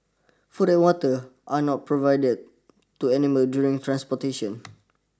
food and water are not provided to animals during the transportation